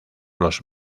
los